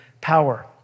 power